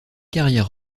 carrière